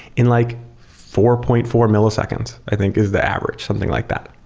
in like four point four milliseconds i think is the average. something like that.